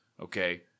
Okay